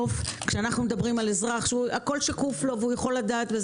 כשאנחנו מדברים על אזרח שהכול שקוף לו והוא יכול לדעת,